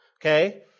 okay